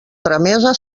tramesa